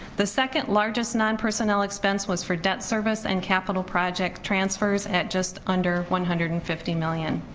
the second largest non-personnel expense was for debt service and capital project transfers, at just under one hundred and fifty million.